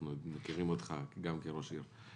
אנחנו מכירים אותך גם כראש עירייה.